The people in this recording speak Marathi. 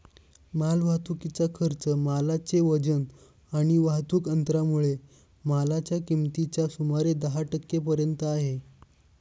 माल वाहतुकीचा खर्च मालाचे वजन आणि वाहतुक अंतरामुळे मालाच्या किमतीच्या सुमारे दहा टक्के पर्यंत आहे